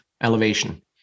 elevation